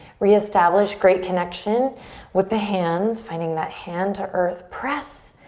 reestablish great connection with the hands finding that hand to earth press.